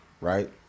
Right